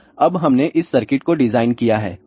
तो अब हमने इस सर्किट को डिज़ाइन किया है